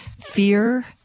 fear